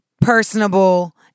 personable